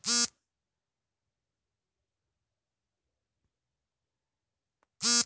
ಬೇವಿನ ಮರ, ಆಲದ ಮರ, ಗೊಬ್ಬಳಿ ಮರ ಮುಂತಾದವರಿಂದ ಪೀಠೋಪಕರಣಗಳನ್ನು ತಯಾರಿಸ್ತರೆ